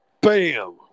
Bam